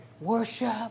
worship